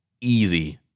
easy